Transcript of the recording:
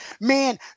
man